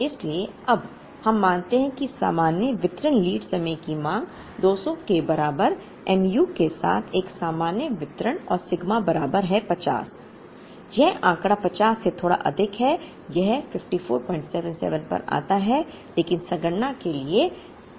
इसलिए अब हम मानते हैं कि सामान्य वितरण लीड समय की मांग 200 के बराबर mu के साथ एक सामान्य वितरण और सिग्मा बराबर है 50 यह आंकड़ा 50 से थोड़ा अधिक है यह 5477 पर आता है लेकिन संगणना के लिए यह है कि यह 50 है